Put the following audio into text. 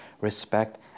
respect